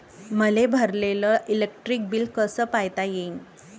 मले भरलेल electric bill कस पायता येईन?